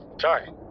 Sorry